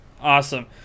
Awesome